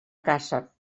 caça